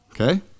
Okay